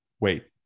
wait